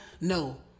No